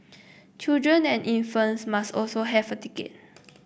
children and infants must also have a ticket